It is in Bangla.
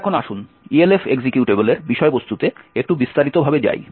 তাই এখন আসুন ELF এক্সিকিউটেবলের বিষয়বস্তুতে একটু বিস্তারিতভাবে যাই